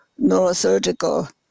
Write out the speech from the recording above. neurosurgical